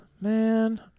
Man